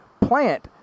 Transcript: plant